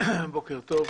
בוקר טוב.